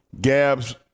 Gabs